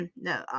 No